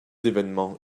évènements